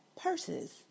purses